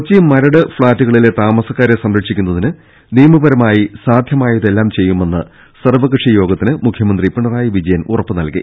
കൊച്ചി മരട് ഫ്ളാറ്റുകളിലെ താമസക്കാരെ സംരക്ഷിക്കുന്നതിന് നിയമപരമായി സാധ്യമായതെല്ലാം ചെയ്യുമെന്ന് സർവകക്ഷിയോ ഗത്തിന് മുഖ്യമന്ത്രി പിണറായി വിജയൻ ഉറപ്പ് നൽകി